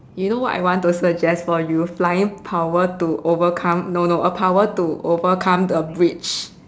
you know what I want to suggest for you flying power to overcome no no a power to overcome a bridge